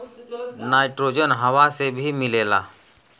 nitrogen हवा से भी मिलेला